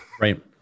Right